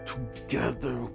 Together